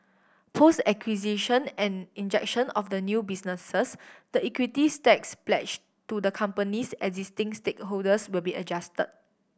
post acquisition and injection of the new businesses the equity stakes pledged to the company's existing stakeholders will be adjusted